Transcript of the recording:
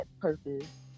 purpose